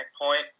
point